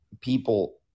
People